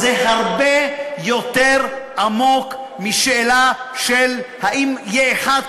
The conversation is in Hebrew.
זה הרבה יותר עמוק מהשאלה של אם יהיה אחד,